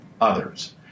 others